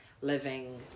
living